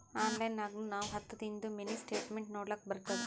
online ನಾಗ್ನು ನಾವ್ ಹತ್ತದಿಂದು ಮಿನಿ ಸ್ಟೇಟ್ಮೆಂಟ್ ನೋಡ್ಲಕ್ ಬರ್ತುದ